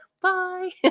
Bye